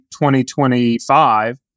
2025